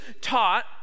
taught